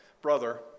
brother